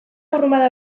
burrunba